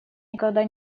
никогда